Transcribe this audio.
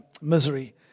misery